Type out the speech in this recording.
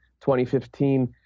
2015